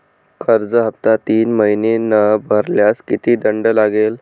कर्ज हफ्ता तीन महिने न भरल्यास किती दंड लागेल?